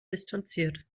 distanziert